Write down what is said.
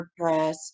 WordPress